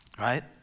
right